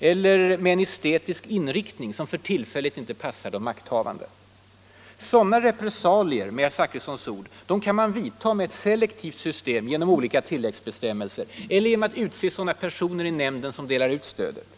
eller med en estetisk inriktning som för tillfället inte passar de makthavande. Sådana ”repressalier”, med herr Zachrissons ord, kan man vidta med ett selektivt system genom olika tilläggsbestämmelser eller genom att utse lämpliga personer i nämnden som delar ut stödet.